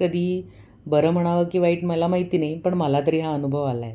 कधी बरं म्हणावं की वाईट मला माहिती नाही पण मला तरी हा अनुभव आला आहे